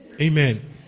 Amen